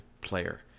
player